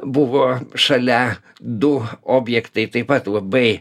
buvo šalia du objektai taip pat labai